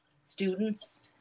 students